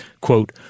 quote